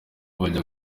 bajya